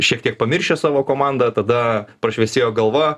šiek tiek pamiršęs savo komandą tada prašviesėjo galva